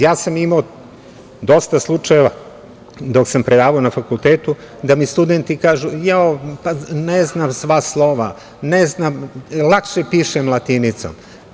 Ja sam imao dosta slučajeva dok sam predavao na fakultetu da mi studenti kažu – jao, pa ne znam sva slova, lakše pišem latinicom.